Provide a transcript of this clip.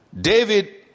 David